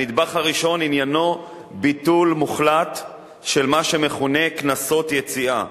הנדבך הראשון עניינו ביטול מוחלט של מה שמכונה "קנסות יציאה",